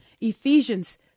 Ephesians